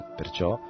perciò